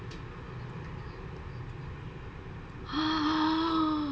!huh!